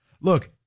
Look